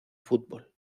fútbol